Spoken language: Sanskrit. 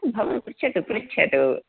भवान् पृच्छतु पृच्छतु